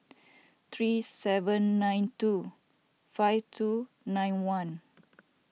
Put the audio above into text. three seven nine two five two nine one